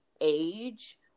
age